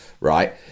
right